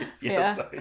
Yes